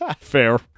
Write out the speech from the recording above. Fair